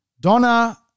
Donna